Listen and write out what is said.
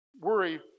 worry